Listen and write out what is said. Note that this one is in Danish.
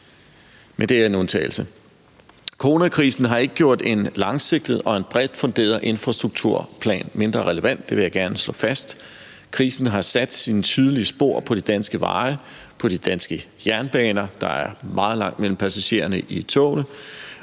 men det er en undtagelse. Coronakrisen har ikke gjort en langsigtet og en bredt funderet infrastrukturplan mindre relevant; det vil jeg gerne slå fast. Krisen har sat sine tydelige spor på de danske veje og på de danske jernbaner. Der er meget langt mellem passagererne i togene,